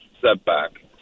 setback